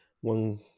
One